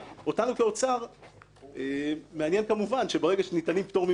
אותנו כאוצר מעניין כמובן שברגע שניתן פטור ממכרז,